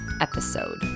episode